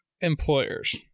employers